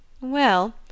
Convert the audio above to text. Well